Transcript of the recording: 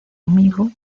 amigo